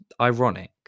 ironic